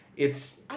it's